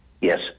Yes